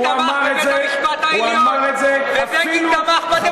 הוא אמר את זה, ובגין תמך, בבית-המשפט העליון.